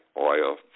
oil